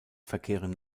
verkehren